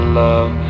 love